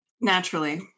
naturally